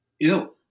ill